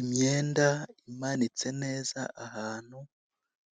Imyenda imanitse neza ahantu